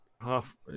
half